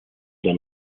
don